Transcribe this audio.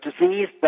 disease